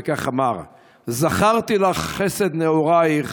וכך אמר: "זכרתי לך חסד נעורייך,